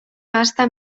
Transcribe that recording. gasta